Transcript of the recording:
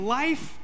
life